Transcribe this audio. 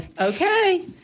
Okay